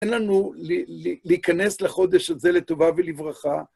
אין לנו להיכנס לחודש הזה לטובה ולברכה.